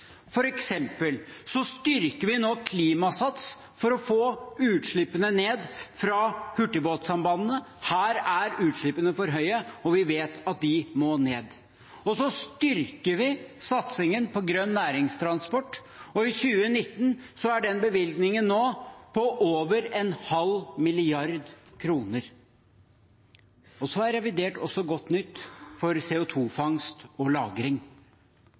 styrker vi f.eks. Klimasats for å få utslippene ned fra hurtigbåtsambandene. Her er utslippene for høye, og vi vet at de må ned. Vi styrker satsingen på grønn næringstransport, og i 2019 er bevilgningen på over 0,5 mrd. kr. Revidert er også godt nytt for CO 2 -fangst og